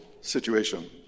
situation